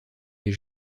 les